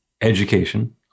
education